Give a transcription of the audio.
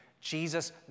Jesus